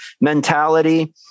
mentality